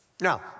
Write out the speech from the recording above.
Now